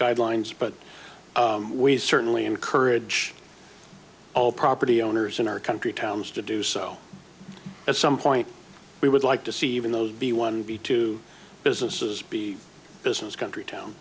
guidelines but we certainly encourage all property owners in our country towns to do so at some point we would like to see even those b one b two businesses b business country town